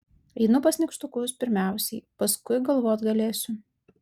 einu pas nykštukus pirmiausiai paskui galvot galėsiu